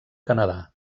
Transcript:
canadà